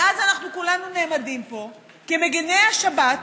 ואז אנחנו כולנו נעמדים פה כמגיני השבת,